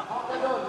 ניצחון גדול.